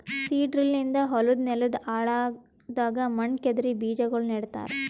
seed drill ನಿಂದ ಹೊಲದ್ ನೆಲದ್ ಆಳದಾಗ್ ಮಣ್ಣ ಕೆದರಿ ಬೀಜಾಗೋಳ ನೆಡ್ತಾರ